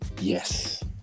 yes